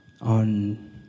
on